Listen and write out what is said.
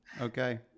okay